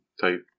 type